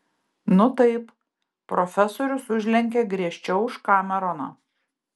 nu taip profesorius užlenkė griežčiau už kameroną